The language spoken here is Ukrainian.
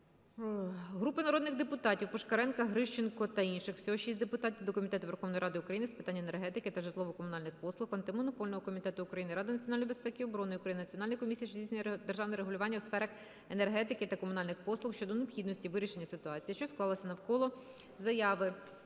Групи народних депутатів (Пушкаренка, Грищенко інших. Всього 6 депутатів) до Комітету Верховної Ради України з питань енергетики та житлово-комунальних послуг, Антимонопольного комітету України, Ради національної безпеки і оборони України, Національної комісії, що здійснює державне регулювання у сферах енергетики та комунальних послуг щодо необхідності вирішення ситуації, що склалася навколо заяви